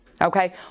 Okay